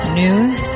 news